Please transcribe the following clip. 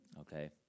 okay